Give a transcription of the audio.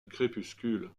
crépuscule